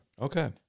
Okay